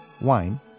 wine